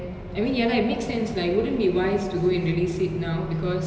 and the thing is like um the fan base for vijay